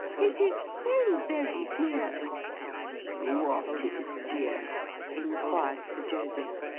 it is so very dear what is dear inquired sir joseph.